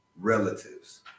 relatives